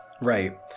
right